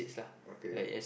okay